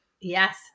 yes